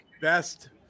best